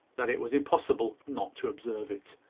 that it was impossible not to observe it.